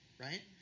right